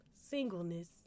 Singleness